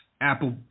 Apple